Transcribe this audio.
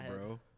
bro